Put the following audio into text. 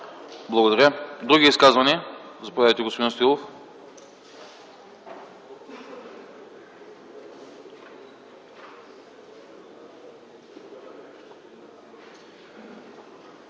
Благодаря. Други изказвания? Заповядайте, господин Стоилов.